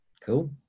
Cool